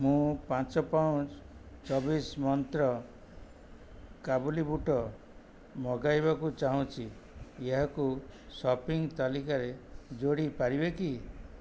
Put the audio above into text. ମୁଁ ପାଞ୍ଚ ପାଉଚ୍ ଚବିଶ ମନ୍ତ୍ର କାବୁଲି ବୁଟ ମଗାଇବାକୁ ଚାହୁଁଛି ଏହାକୁ ସପିଙ୍ଗ୍ ତାଲିକାରେ ଯୋଡ଼ି ପାରିବେ କି